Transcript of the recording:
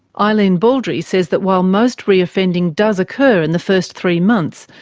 eileen baldry says that while most re-offending does occur in the first three months,